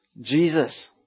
Jesus